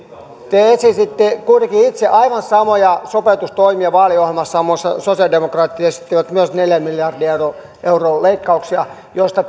te esititte kuitenkin itse aivan samoja sopeutustoimia vaaliohjelmassanne muun muassa sosialidemokraatit esittivät myös neljän miljardin euron leikkauksia joista